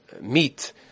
meet